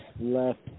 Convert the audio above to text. left